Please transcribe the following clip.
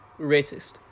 racist